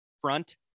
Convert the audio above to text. front